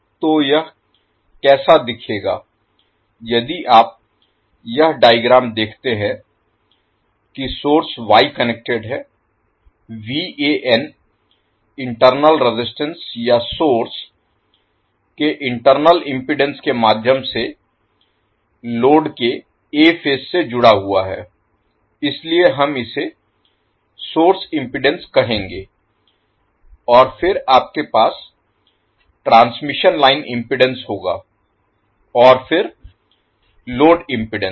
तो यह कैसा दिखेगा यदि आप यह डायग्राम देखते हैं कि सोर्स वाई कनेक्टेड है इंटरनल रेजिस्टेंस या सोर्स के इंटरनल इम्पीडेन्स के माध्यम से लोड के 'a' फेज से जुड़ा हुआ है इसलिए हम इसे सोर्स इम्पीडेन्स कहेंगे और फिर आपके पास ट्रांसमिशन लाइन इम्पीडेन्स होगा और फिर लोड इम्पीडेन्स